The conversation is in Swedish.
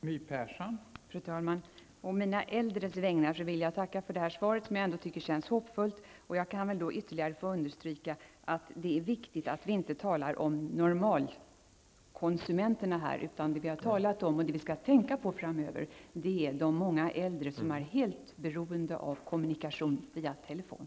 Fru talman! Å mina äldres vägnar vill jag tacka för detta svar, som jag ändå tycker känns hoppfullt. Jag vill ytterligare understryka att vi inte talar om normalkonsumenterna. Dem vi har talat om, och dem vi skall tänka på framöver är de många äldre, som är helt beroende av kommunikation via telefon.